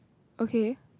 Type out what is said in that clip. okay